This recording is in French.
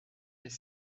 des